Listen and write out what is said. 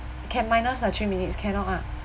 can minus a three minutes cannot ah